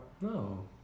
No